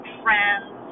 friends